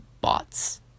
bots